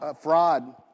fraud